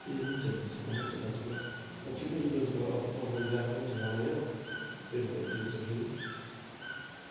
ए हुन्छ नि त्यसो भए हुन्छ दाजु ल ल छिटो जौँ दाजु उसो भए अटो पक्रेर जानु पनि छ मलाई हो ट्रेन पनि छुट्छ फेरि